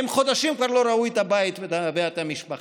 הם חודשים כבר לא ראו את הבית ואת המשפחה.